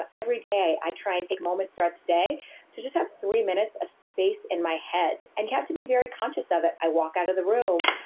every day, i try and take moments throughout the day to just have three minutes of space in my head and you have to be very conscious of it. i walk out of the room.